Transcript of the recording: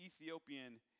Ethiopian